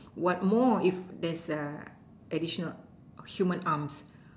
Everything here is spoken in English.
what more if there's a additional human arms